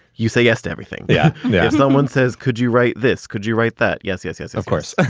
you say yes to everything. yeah. yeah if someone says, could you write this? could you write that? yes, yes. yes, of course.